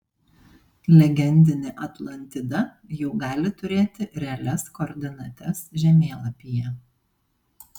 legendinė atlantida jau gali turėti realias koordinates žemėlapyje